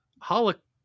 holocaust